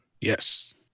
yes